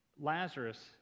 Lazarus